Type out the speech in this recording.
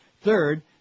Third